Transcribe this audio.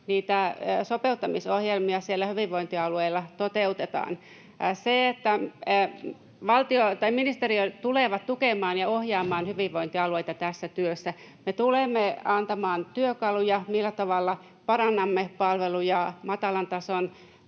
niitä sopeuttamisohjelmia siellä hyvinvointialueilla toteutetaan. Ministeriöt tulevat tukemaan ja ohjaamaan hyvinvointialueita tässä työssä. Me tulemme antamaan työkaluja, millä tavalla parannamme palveluja. Tarkoitus on,